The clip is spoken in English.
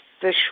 fish